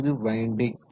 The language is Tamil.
இது வைண்டிங்